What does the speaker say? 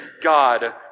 God